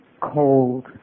Cold